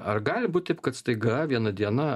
ar gali būt taip kad staiga vieną dieną